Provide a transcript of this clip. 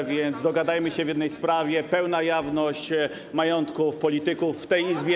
A więc dogadajmy się w jednej sprawie: pełna jawność majątków polityków w tej Izbie.